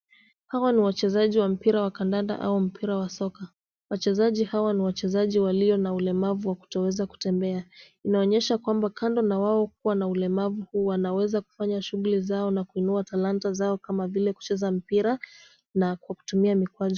Hawa ni wachezaji wa mpira wa kandanda au mpira wa soka , wachezaji Hawa ni wachezaji walio na ulemavu wa kutoweza kutembea , inaonyesha kwamba kando na wao kuwa na ulemavu Wanaweza kufanya shughli zao na kuinua talanta zao kama vile kwa kucheza mpira na kwa kutumia mikwaju .